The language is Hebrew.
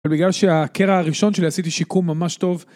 אבל בגלל שהקרע הראשון שלי, עשיתי שיקום ממש טוב.